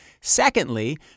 Secondly